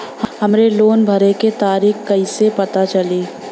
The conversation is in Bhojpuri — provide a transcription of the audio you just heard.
हमरे लोन भरे के तारीख कईसे पता चली?